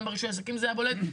גם ברישוי עסקים זה היה בולט.